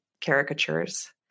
caricatures